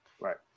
right